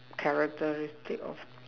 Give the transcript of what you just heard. character day of